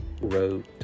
wrote